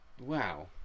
Wow